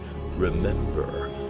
remember